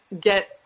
get